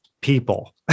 people